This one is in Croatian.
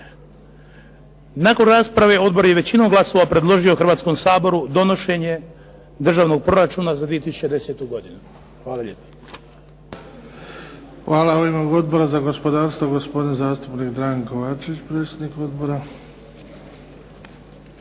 Nakon rasprave odbor je većinom glasova predložio Hrvatskom saboru donošenje Državnog proračuna za 2010. godinu. Hvala lijepa. **Bebić, Luka (HDZ)** Hvala. U ime Odbora za gospodarstvo gospodin zastupnik Dragan Kovačević, predsjednik odbora.